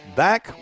back